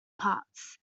parts